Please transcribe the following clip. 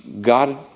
God